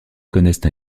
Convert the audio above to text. connaissent